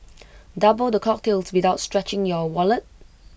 double the cocktails without stretching your wallet